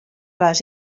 les